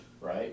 right